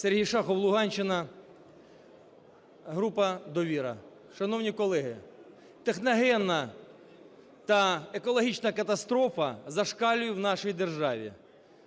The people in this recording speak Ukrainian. Сергій Шахов, Луганщина, група "Довіра". Шановні колеги, техногенна та екологічна катастрофа зашкалює в нашій державі.